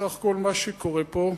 סך הכול מה שקורה פה,